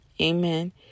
Amen